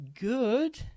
good